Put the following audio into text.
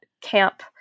camp